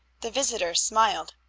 the visitor smiled.